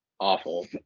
awful